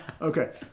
Okay